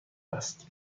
است